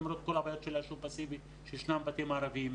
למרות כל הבעיות של העישון הפסיבי שישנן בבתים ערביים,